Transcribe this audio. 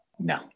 No